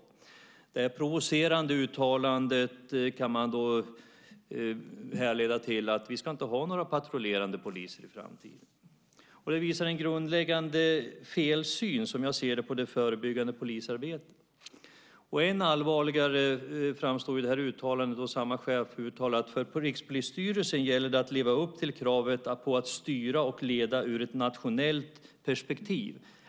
Ur detta provocerande uttalande kan man härleda att vi inte ska ha några patrullerande poliser i framtiden. Detta visar en grundläggande felsyn, som jag ser det, på det förebyggande polisarbetet. Än allvarligare framstår uttalandet av samma chef om att det för Rikspolisstyrelsen gäller att leva upp till kravet på att styra och leda ur ett nationellt perspektiv.